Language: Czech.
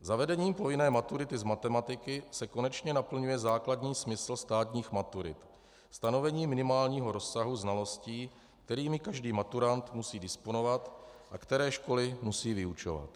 Zavedením povinné maturity z matematiky se konečně naplňuje základní smysl státních maturit, stanovení minimálního rozsahu znalostí, kterými každý maturant musí disponovat a které školy musí vyučovat.